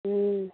हुँ